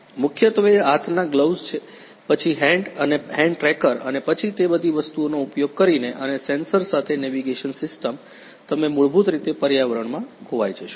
મુખ્યત્વે હાથના ગ્લોવ્સ પછી હેડ અને હેન્ડ ટ્રેકર અને પછી તે બધી વસ્તુઓનો ઉપયોગ કરીને અને સેન્સર સાથે નેવિગેશન સિસ્ટમ તમે મૂળભૂત રીતે પર્યાવરણમાં ખોવાઈ જશો